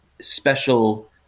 special